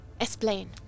Explain